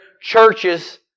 churches